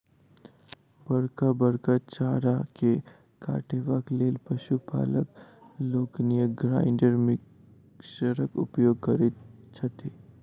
बड़का बड़का चारा के काटबाक लेल पशु पालक लोकनि ग्राइंडर मिक्सरक उपयोग करैत छथि